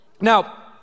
Now